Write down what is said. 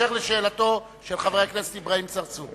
אשר לשאלתו של חבר הכנסת אברהים צרצור.